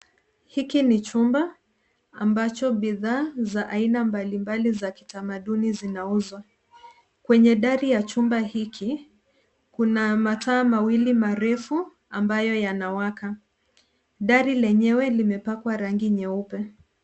Hiki ni chumba ambacho bidhaa za aina mbali mbali za kitamaduni zinauzwa. Kwenye dari ya chumba hiki, kuna mataa mawili marefu ambayo yanawaka. Dari lenyewe limepakwa rangi nyeupe.